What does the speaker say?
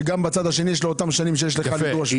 שגם בצד השני יש לו אותן שנים שיש לך לדרוש ממנו.